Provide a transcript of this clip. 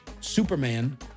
Superman